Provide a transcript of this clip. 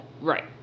Right